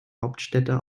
hauptstädte